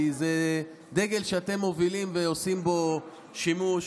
כי זה דגל שאתם מרימים ועושים בו שימוש,